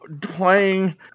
playing